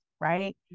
right